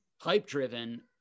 hype-driven